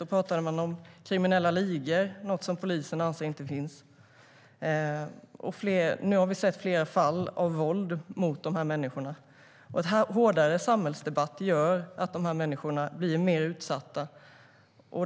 De talade bland annat om kriminella ligor, något som polisen anser inte finns. Vi har sett flera fall av våld mot dessa människor. En hårdare samhällsdebatt gör att de blir mer utsatta.